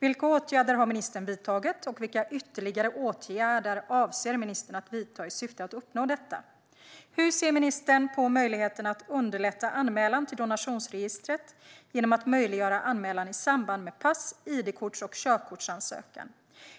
Vilka åtgärder har ministern vidtagit, och vilka ytterligare åtgärder avser ministern att vidta, i syfte att uppnå detta? Hur ser ministern på möjligheten att underlätta anmälan till donationsregistret genom att möjliggöra anmälan i samband med pass, idkorts och körkortsansökan?